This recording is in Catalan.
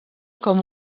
com